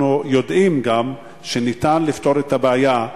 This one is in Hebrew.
אנחנו יודעים גם שניתן לפתור את הבעיה,